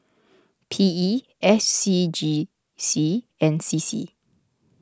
P E S C G C and C C